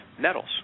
nettles